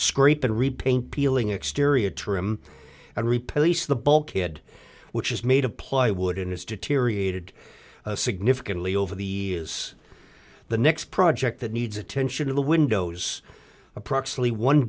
scrape and repaint peeling exterior trim and replace the bulkhead which is made of plywood and has deteriorated significantly over the is the next project that needs attention to the windows approximately one